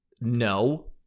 no